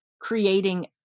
creating